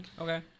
Okay